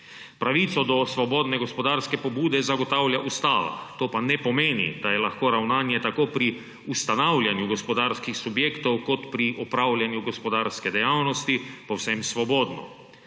Pravico do svobodne gospodarske pobude zagotavlja Ustava, to pa ne pomeni, da je lahko ravnanje tako pri ustanavljanju gospodarskih subjektov kot pri opravljanju gospodarske dejavnosti povsem svobodno.